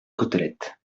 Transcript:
côtelette